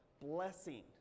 blessing